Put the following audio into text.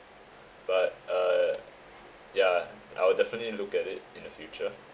but uh yeah I will definitely look at it in the future